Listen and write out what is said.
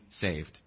saved